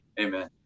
Amen